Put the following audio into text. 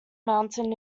mountain